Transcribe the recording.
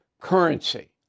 currency